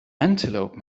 antelope